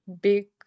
big